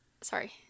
sorry